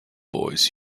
boys